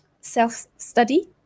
self-study